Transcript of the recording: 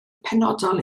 penodol